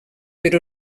però